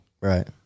Right